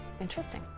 interesting